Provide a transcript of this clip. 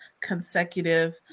consecutive